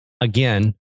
again